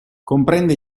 comprende